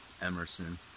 Emerson